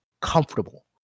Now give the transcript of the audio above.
comfortable